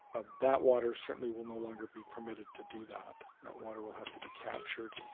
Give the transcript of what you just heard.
ah that water certainly will no longer be permitted to do that. that water will have to be captured.